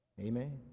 Amen